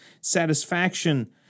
satisfaction